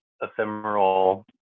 ephemeral